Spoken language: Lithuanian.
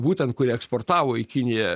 būtent kuri eksportavo į kiniją